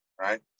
right